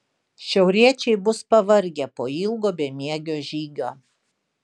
šiauriečiai bus pavargę po ilgo bemiegio žygio